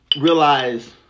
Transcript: realize